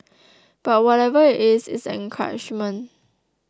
but whatever it is it's an encouragement